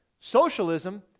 socialism